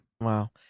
Wow